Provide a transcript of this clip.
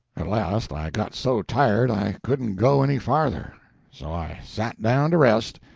at last i got so tired i couldn't go any farther so i sat down to rest,